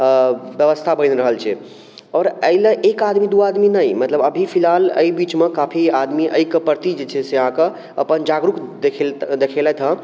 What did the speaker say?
व्यवस्था बनि रहल छै आओर एहि लए एक आदमी दू आदमी नहि मतलब अभी फिलहाल एहि बीच मे काफी आदमी एहि के प्रति जे छै से अहाँके अपन जागरूक देखेलथि हँ